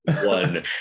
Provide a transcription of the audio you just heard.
one